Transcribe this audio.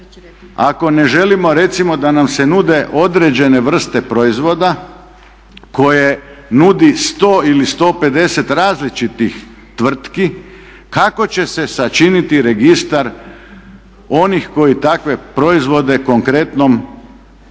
ako ne želimo recimo da nam se nude određene vrste proizvoda koje nudi 100 ili 150 različitih tvrtki, kako će se sačiniti registar onih koji takve proizvode konkretnom